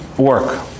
work